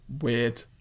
weird